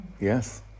yes